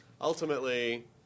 ultimately